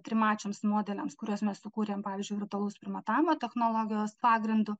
trimačiams modeliams kuriuos mes sukūrėm pavyzdžiui virtualaus primatavimo technologijos pagrindu